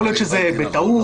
יכול להיות שזה בטענות.